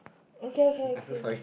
okay okay okay